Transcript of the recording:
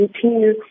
continue